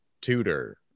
tutor